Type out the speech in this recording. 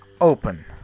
open